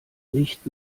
nicht